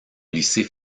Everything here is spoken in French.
lycée